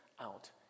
out